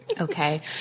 Okay